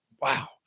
Wow